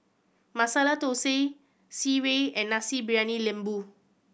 Masala Thosai Sireh and Nasi Briyani Lembu